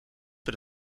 het